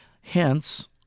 Hence